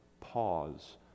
pause